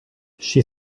she